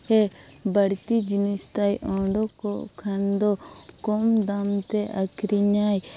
ᱥᱮ ᱵᱟᱹᱲᱛᱤ ᱡᱤᱱᱤᱥ ᱛᱟᱭ ᱚᱰᱳᱠᱚᱜ ᱠᱷᱟᱱ ᱫᱚ ᱠᱚᱢ ᱫᱟᱢᱛᱮ ᱟᱹᱠᱷᱨᱤᱧᱟᱭ